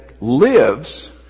lives